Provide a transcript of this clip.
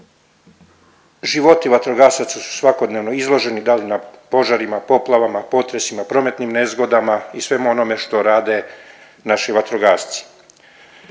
Životi vatrogasaca su svakodnevno izloženi da li na požarima, poplavama, potresima, prometnim nezgodama i svemu onome što rade naši vatrogasci.